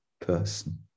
person